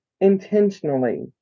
intentionally